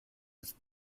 with